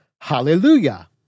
hallelujah